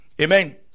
Amen